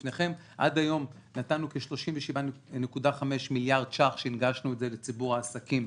לפניכם: עד היום נתנו 37.5 מיליארד ש"ח שהונגשו לציבור העסקים,